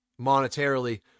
monetarily